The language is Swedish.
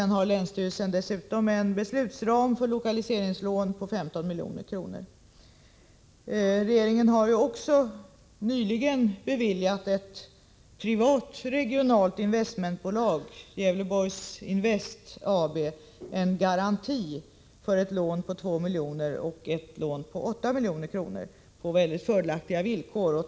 Länsstyrelsen har dessutom en beslutsram för lokaliseringslån på 15 milj.kr. Regeringen har också nyligen beviljat ett privat regionalt investmentbolag, Gävleborgs Invest AB, en garanti för ett lån på 2 milj.kr. och ett lån på 8 milj.kr. på mycket fördelaktiga villkor.